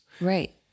Right